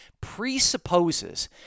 presupposes